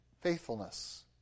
Faithfulness